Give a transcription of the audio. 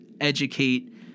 educate